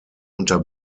unter